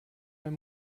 ein